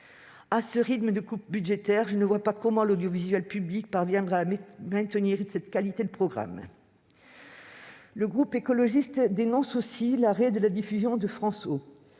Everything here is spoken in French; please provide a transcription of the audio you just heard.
ce rythme de coupes budgétaires, je ne vois pas comment l'audiovisuel public parviendra à maintenir cette qualité de programmes. Le groupe écologiste dénonce aussi l'arrêt de la diffusion de France Ô.